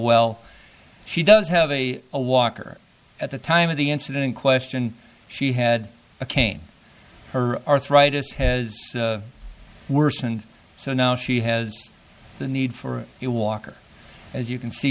well she does have a a walker at the time of the incident in question she had a cane her arthritis has worsened so now she has the need for the walker as you can see